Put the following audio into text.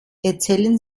erzählen